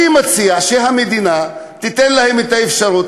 אני מציע שהמדינה תיתן להם את האפשרות,